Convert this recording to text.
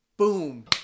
Boom